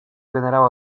generała